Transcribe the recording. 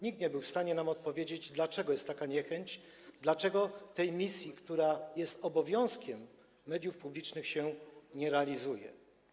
Nikt nie był w stanie nam odpowiedzieć, dlaczego jest taka niechęć, dlaczego tej misji, która jest obowiązkiem mediów publicznych, się nie realizuje.